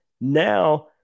Now